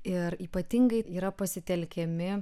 ir ypatingai yra pasitelkiami